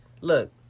look